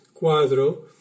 quadro